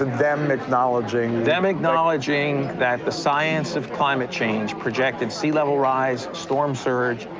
them acknowledging them acknowledging that the science of climate change projected sea-level rise, storm surge,